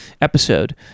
episode